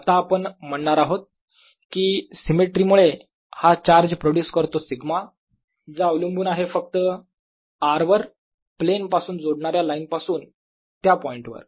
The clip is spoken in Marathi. आता आपण म्हणणार आहोत की सिमेट्री मुळे हा चार्ज प्रोड्यूस करतो σ जो अवलंबून आहे फक्त r वर प्लेन पासून जोडणारे लाईनपासून त्या पॉईंटवर